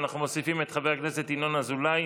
ואנחנו מוסיפים את חבר הכנסת ינון אזולאי,